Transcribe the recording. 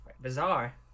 bizarre